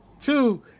Two